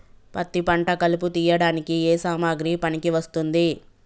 పత్తి పంట కలుపు తీయడానికి ఏ సామాగ్రి పనికి వస్తుంది?